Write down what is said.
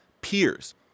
peers